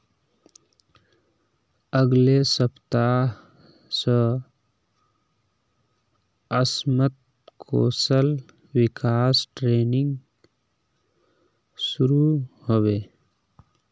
अगले सप्ताह स असमत कौशल विकास ट्रेनिंग शुरू ह बे